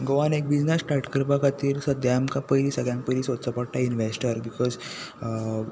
गोवान एक business start करपा खातीर सद्द्यां आमकां पयलीं सगल्यान पयलीं सोदचो पडटा इनवेस्टर बिकॉज